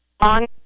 on